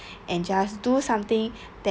and just do something